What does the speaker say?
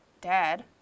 Dad